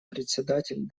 председатель